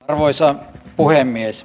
arvoisa puhemies